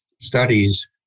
studies